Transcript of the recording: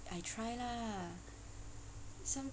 I try lah some~